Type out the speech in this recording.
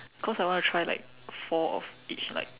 cause I want to try like four of each like